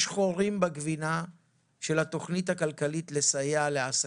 יש חורים בגבינה של התוכנית הכלכלית לסייע לעסקים.